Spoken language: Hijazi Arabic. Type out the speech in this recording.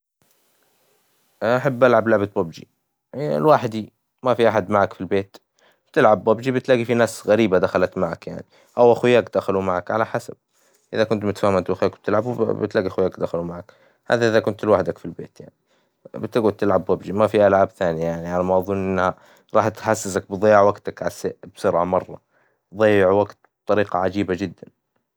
أحب ألعب لعبة ببجي، لوحدي ما في أحد معك في البيت، تلعب ببجي بتلاقي في ناس غريبة دخلت معك يعني أو أخوياك دخلوا معك على حسب، إذا كنت متفاهم إنت وأخيكوا وتلعبوا بتلاقي أخوياك دخلوا معك، هذا إذا كنت لوحدك في البيت يعني بتقعد تلعب ببجي ما في ألعاب ثانية يعني، على ما أظن إنها راحت تحسسك بضياع وقتك بسرعة مرة ضيع وقت بطريقة عجيبة جدًا.